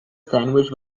sandwich